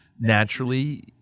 naturally